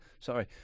Sorry